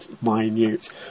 minute